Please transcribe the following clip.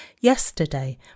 Yesterday